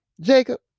Jacob